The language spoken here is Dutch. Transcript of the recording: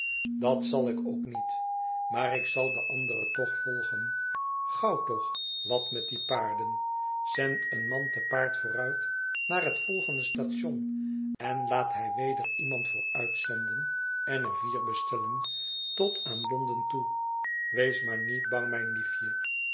dat zal ik ook niet maar ik zal de andere toch volgen gauw toch wat met die paarden zend een man te paard vooruit naar het volgende station en laat hij weder iemand vooruitzenden en er vier bestellen tot aan londen toe wees maar niet bang mijn liefje